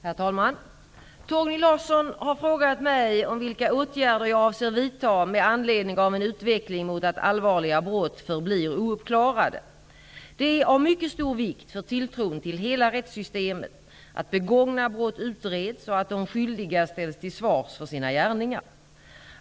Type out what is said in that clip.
Herr talman! Torgny Larsson har frågat mig vilka åtgärder jag avser vidta med anledning av en utveckling mot att allvarliga brott förblir ouppklarade. Det är av mycket stor vikt för tilltron till hela rättssystemet att begångna brott utreds och att de skyldiga ställs till svars för sina gärningar.